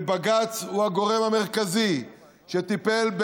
ובג"ץ הוא הגורם המרכזי שטיפל,